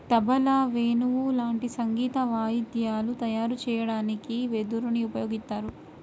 తబలా, వేణువు లాంటి సంగీత వాయిద్యాలు తయారు చెయ్యడానికి వెదురుని ఉపయోగిత్తారు